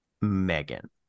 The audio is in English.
megan